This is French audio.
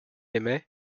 aimait